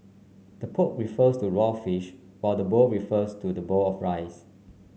the poke refers to raw fish while the bowl refers to the bowl of rice